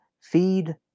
feed